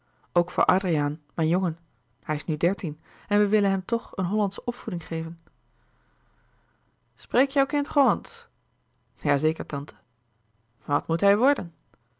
ook voor adriaan mijn jongen hij is nu dertien en wij willen hem toch een hollandsche opvoeding geven spreek jouw kind ghollandsch ja zeker tante wat moet hij worden